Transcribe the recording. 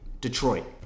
Detroit